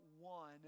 one